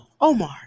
omar